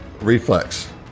Reflex